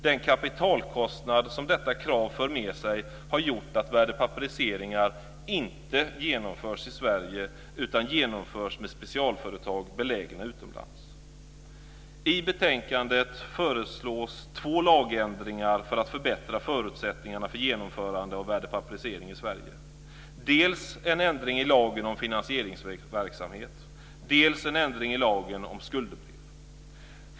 Den kapitalkostnad som detta krav för med sig har gjort att värdepapperiseringar inte genomförs i Sverige utan de genomförs med specialföretag belägna utomlands. I betänkandet föreslås två lagändringar för att förbättra förutsättningarna för genomförande av värdepapperisering i Sverige, dels en ändring i lagen om finansieringsverksamhet, dels en ändring i lagen om skuldebrev.